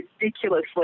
ridiculously